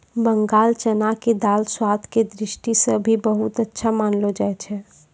बंगाल चना के दाल स्वाद के दृष्टि सॅ भी बहुत अच्छा मानलो जाय छै